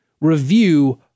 review